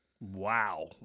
Wow